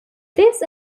this